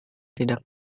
tidak